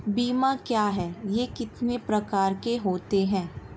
बीमा क्या है यह कितने प्रकार के होते हैं?